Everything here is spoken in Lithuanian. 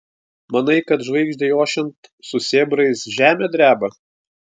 manai kad žvaigždei ošiant su sėbrais žemė dreba